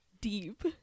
deep